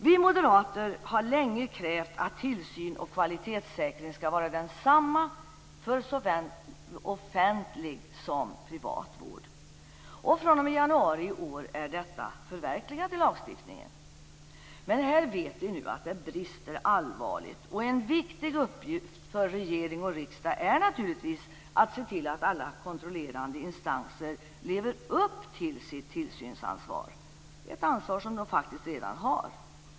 Vi moderater har länge krävt att tillsyn och kvalitetssäkring skall vara densamma för såväl offentlig som privat vård. fr.o.m. januari i år är detta förverkligat i lagstiftningen. Här vet vi nu att det finns allvarliga brister. En viktig uppgift för regering och riksdag är naturligtvis att se till att alla kontrollerande instanser lever upp till sitt tillsynsansvar, ett ansvar som de faktiskt redan har.